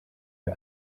you